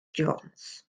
jones